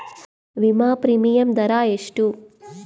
ವಿಮಾ ಪ್ರೀಮಿಯಮ್ ದರಾ ಎಷ್ಟು?